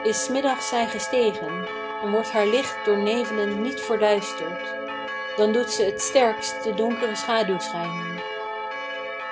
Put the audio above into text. is s middags zij gestegen en wordt haar licht door nevelen niet verduisterd dan doet ze t sterkst de donkere schaduw schijnen